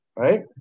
Right